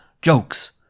Jokes